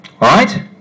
right